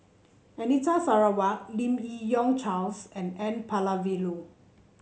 Anita Sarawak Lim Yi Yong Charles and N Palanivelu